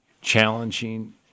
challenging